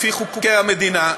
לפי חוקי המדינה,